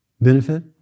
benefit